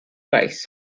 reichs